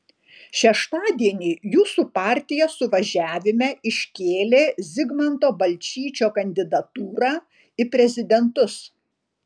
šeštadienį jūsų partija suvažiavime iškėlė zigmanto balčyčio kandidatūrą į prezidentus